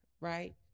right